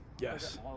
Yes